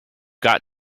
got